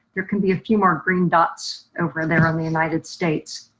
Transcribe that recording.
there can be a few more green dots over there on the united states.